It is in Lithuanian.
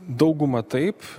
dauguma taip